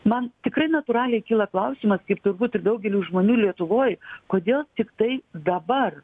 man tikrai natūraliai kyla klausimas kaip turbūt ir daugeliui žmonių lietuvoj kodėl tiktai dabar